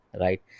right